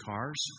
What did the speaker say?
Cars